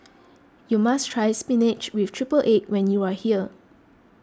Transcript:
you must try Spinach with Triple Egg when you are here